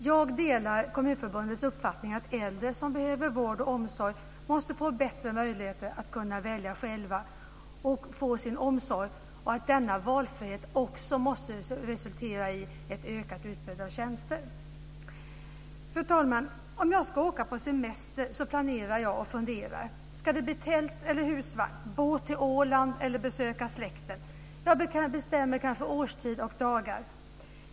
Jag delar Kommunförbundets uppfattning att äldre som behöver vård och omsorg måste få bättre möjligheter att själva kunna välja sin omsorg och att denna valfrihet måste resultera i ett ökat utbud av tjänster. Fru talman! Om jag ska åka på semester planerar och funderar jag. Ska det bli tält, husvagn, båt till Åland eller besök hos släkten? Jag bestämmer kanske årstid och antal dagar.